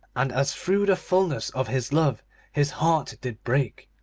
and as through the fulness of his love his heart did break,